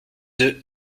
oeufs